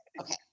Okay